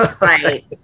Right